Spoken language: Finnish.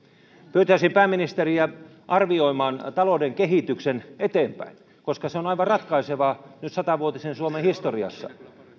pyytäisin pääministeriä arvioimaan talouden kehityksen eteenpäin koska se on aivan ratkaisevaa nyt sata vuotisen suomen historiassa